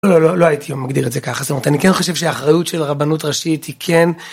לא, לא הייתי ממגדיר את זה ככה, זאת אומרת, אני כן חושב שהאחריות של הרבנות ראשית היא כן...